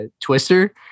Twister